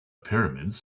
pyramids